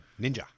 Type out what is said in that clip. Ninja